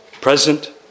present